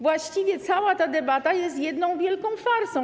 Właściwie cała ta debata jest jedną wielką farsą.